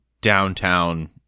downtown